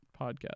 podcast